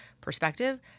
perspective